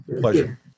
Pleasure